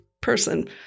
person